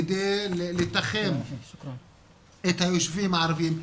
כדי לתחם את היושבים הערבים,